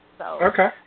Okay